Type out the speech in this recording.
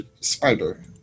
spider